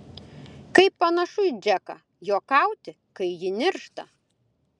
kaip panašu į džeką juokauti kai ji niršta